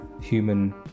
human